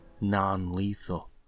non-lethal